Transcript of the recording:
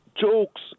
jokes